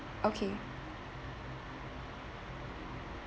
okay